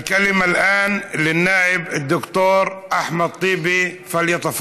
(אומר בערבית: עכשיו ידבר